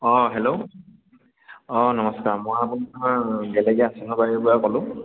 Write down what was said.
অঁ হেল্ল' অঁ নমস্কাৰ মই আপোনাৰ গেলেকী আচিনাবাৰীৰ পৰা ক'লোঁ